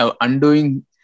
undoing